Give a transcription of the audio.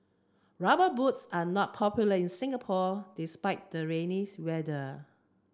rubber boots are not popular in Singapore despite the rainy's weather